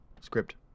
script